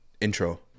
intro